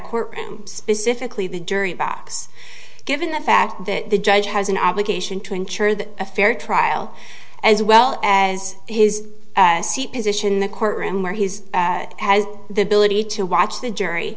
courtroom specifically the jury box given the fact that the judge has an obligation to ensure that a fair trial as well as his position in the courtroom where he is has the ability to watch the jury